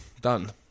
Done